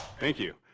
thank you,